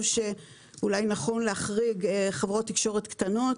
שאולי נכון להחריג חברות תקשורת קטנות,